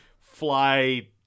fly